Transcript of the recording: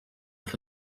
for